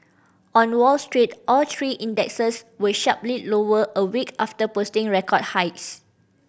on Wall Street all three indexes were sharply lower a week after posting record highs